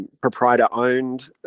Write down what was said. proprietor-owned